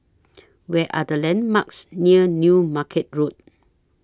Where Are The landmarks near New Market Road